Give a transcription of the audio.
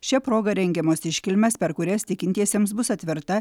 šia proga rengiamos iškilmės per kurias tikintiesiems bus atverta